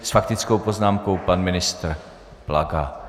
S faktickou poznámkou pan ministr Plaga.